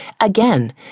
Again